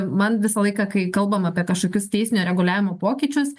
man visą laiką kai kalbam apie kažkokius teisinio reguliavimo pokyčius